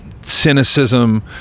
cynicism